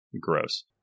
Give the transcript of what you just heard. gross